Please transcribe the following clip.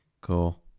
Cool